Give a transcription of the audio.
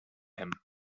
him